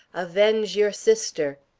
avenge your sister.